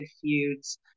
feuds